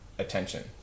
attention